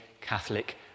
Catholic